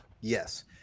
Yes